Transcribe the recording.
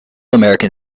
american